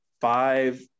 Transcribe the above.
five